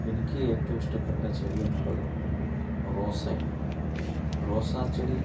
എനിക്ക് ഏറ്റവും ഇഷ്ടപ്പെട്ട ചെടിയെന്നുള്ളത് റോസയാണ് റോസാ ചെടി